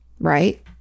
right